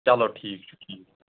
چلو ٹھیٖک چھُ ٹھیٖک چھُ